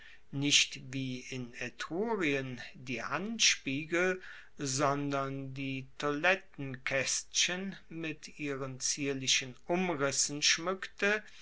nicht wie in etrurien die handspiegel sondern die toilettenkaestchen mit ihren zierlichen umrissen schmueckte